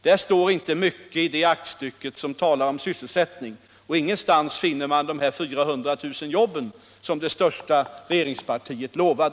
Det står inte mycket i det aktstycket som talar om sysselsättning, och ingenstans finner man de där 400 000 jobben som det största regeringspartiet lovat.